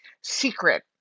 secret